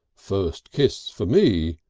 first kiss for me,